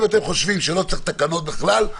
אם אתם חושבים שלא צריך תקנות בכלל,